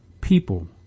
People